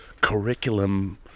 curriculum